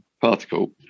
particle